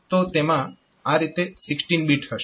તો તેમાં આ રીતે 16 બીટ હશે